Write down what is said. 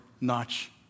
notch